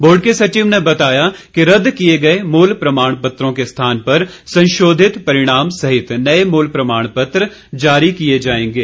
board को सचिव ने बताया कि रद्द किए गए मूल प्रमाण पत्रों के स्थान पर संशोधित परिणाम सहित नए मूल प्रमाण पत्र जारी किए जाएंगे